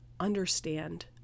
understand